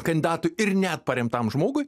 kandidatui ir net paremtam žmogui